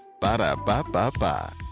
Ba-da-ba-ba-ba